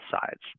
sides